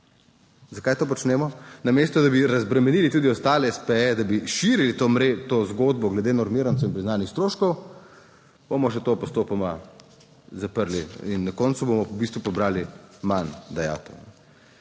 Zakaj to počnemo, namesto da bi razbremenili tudi ostale espeje, da bi širili to zgodbo glede normirancev in priznanih stroškov, bomo še to postopoma zaprli in na koncu bomo v bistvu pobrali manj dajatev.